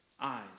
eyes